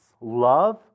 love